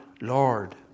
Lord